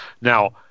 Now